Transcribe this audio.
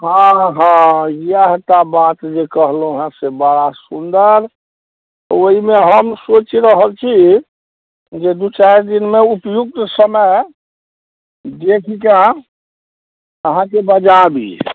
हाँ हाँ इएह टा बात जे कहलहुँ हँ से बड़ा सुन्दर ओइमे हम सोचि रहल छी जे दू चारि दिनमे उपयुक्त समय देखिकऽ अहाँके बजाबी